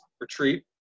retreat